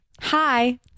hi